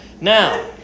Now